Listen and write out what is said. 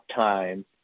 time